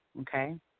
okay